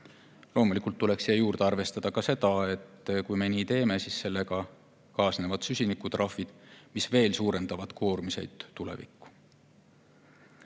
Loomulikult tuleks siia juurde arvestada, et kui me nii teeme, siis sellega kaasnevad süsinikutrahvid, mis veelgi suurendavad koormiseid tulevikus.